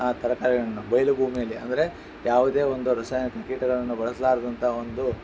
ಆ ತರಕಾರಿಗಳನ್ನು ಬಯಲು ಭೂಮಿಯಲ್ಲಿ ಅಂದರೆ ಯಾವುದೇ ಒಂದು ರಸಾಯನಿಕ ಕೀಟಗಳನ್ನು ಬಳಸಲಾರದಂಥ ಒಂದು